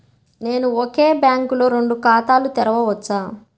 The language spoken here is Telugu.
నేను ఒకే బ్యాంకులో రెండు ఖాతాలు తెరవవచ్చా?